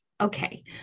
Okay